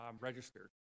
registered